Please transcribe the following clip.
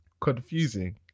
confusing